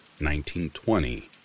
1920